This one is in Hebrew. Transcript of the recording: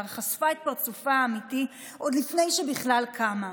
חשפה את פרצופה האמיתי עוד לפני שבכלל קמה.